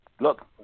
look